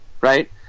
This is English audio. Right